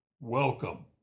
Welcome